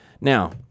Now